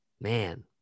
Man